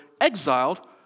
exiled